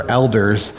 elders